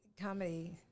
comedy